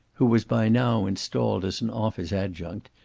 who was by now installed as an office adjunct,